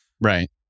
Right